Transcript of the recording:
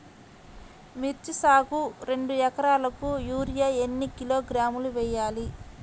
మిర్చి సాగుకు రెండు ఏకరాలకు యూరియా ఏన్ని కిలోగ్రాములు వేయాలి?